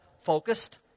focused